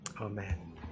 Amen